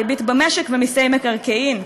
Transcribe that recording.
הריבית במשק ומסי מקרקעין.